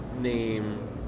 name